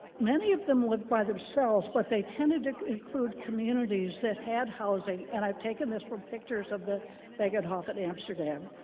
many of them lived by themselves, but they tended to include communities that had housing. and i've taken this from pictures of the begijnhof in amsterdam,